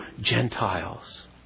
Gentiles